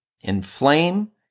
inflame